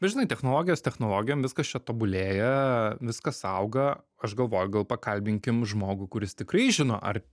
nu žinai technologijos technologijom viskas čia tobulėja viskas auga aš galvoju gal pakalbinkim žmogų kuris tikrai žino ar